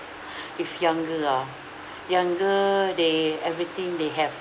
if younger ah younger they everything they have